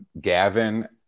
Gavin